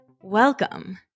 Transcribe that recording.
Welcome